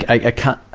i can't,